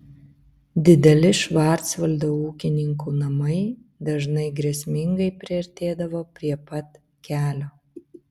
dideli švarcvaldo ūkininkų namai dažnai grėsmingai priartėdavo prie pat kelio